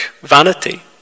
vanity